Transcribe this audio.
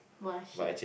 !wah! !shit!